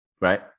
Right